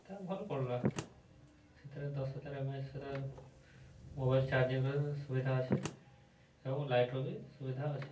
ତା ଭଲ ପଡ଼ିଲା ସେଥିରେ ଦଶ ହଜାର ଏମ୍ଏଚ୍ରେ ମୋବାଇଲ୍ ଚାର୍ଜିଂର ସୁବିଧା ଅଛେ ଏବଂ ଲାଇଟ୍ର ବି ସୁବିଧା ଅଛି